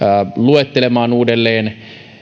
luettelemaan uudelleen